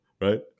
right